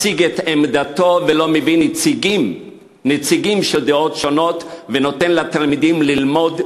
מציג את עמדתו ולא מביא נציגים של דעות שונות ונותן לתלמידים ללמוד,